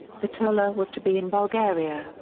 bitola was to be in bulgaria,